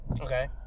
okay